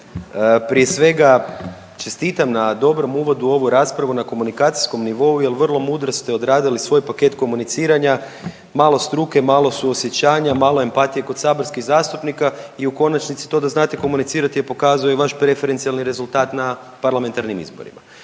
Prije svega čestitam na dobrom uvodu u ovu raspravu na komunikacijskom nivou jer vrlo mudro ste odradili svoj paket komuniciranja, malo struke, malo suosjećanja, malo empatije kroz saborskih zastupnika i u konačnici to da znate komunicirati je pokazuje vaš preferencijalni rezultat na parlamentarnim izborima.